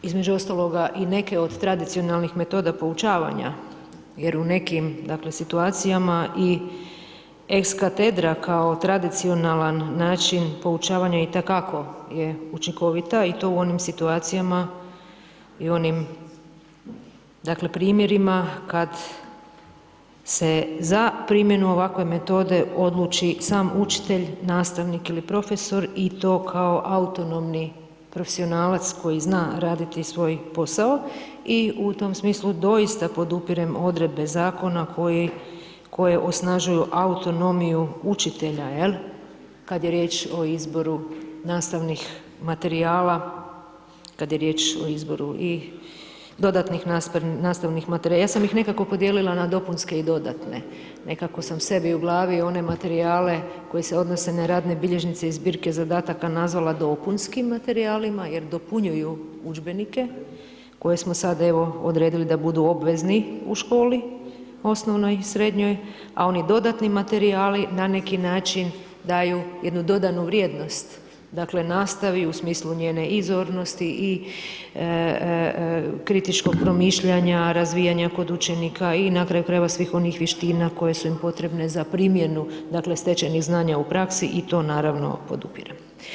Između ostalog, i neke od tradicionalnih metoda poučavanja, jer u nekim dakle, situacijama i ex katedra kao tradicionalan način poučavanja itekako je učinkovita i to u onim situacijama i onim, dakle, primjerima kad se za primjenu ovakve metode odluči sam učitelj, nastavnik ili profesor i to kao autonomni profesionalac koji zna raditi svoj posao i u tom smislu doista podupirem odredbe zakona koje osnažuju autonomiju učitelja, je li, kad je riječ o izboru nastavnih materijala, kad je riječ o izboru i dodatnih materijala, ja sam ih nekako podijelila na dopunske i dodatne, nekako sam sebi u glavi one materijale koji se odnose na radne bilježnice i zbirke zadataka nazvala dopunskim materijalima, jer dopunjuju udžbenike, koje smo sad odredili da budu obvezni u školi, osnovnoj i srednjoj, a oni dodatni materijali, na neki dodani način daju jednu dodanu vrijednost, dakle, nastavi u smislu njene i zornosti i kritičkog promišljanja, razvijanja kod učenika i na kraju krajeva, svih onih vještina koje su im potrebne za primjenu, dakle stečenih znanja u praksi i to, naravno podupirem.